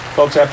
Folks